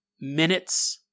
Minutes